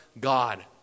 God